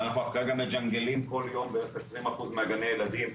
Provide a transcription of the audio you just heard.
אנחנו כרגע מג'נגלים כל יום בערך 20% מהגני ילדים,